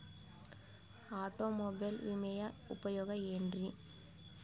Automobile ವಿಮೆಯ ಉಪಯೋಗ ಏನ್ರೀ?